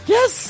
Yes